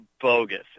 bogus